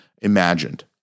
imagined